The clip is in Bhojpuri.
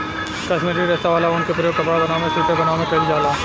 काश्मीरी रेशा वाला ऊन के प्रयोग कपड़ा बनावे में सुइटर बनावे में कईल जाला